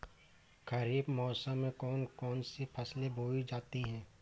खरीफ मौसम में कौन कौन सी फसलें बोई जाती हैं?